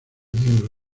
miembro